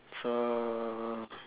so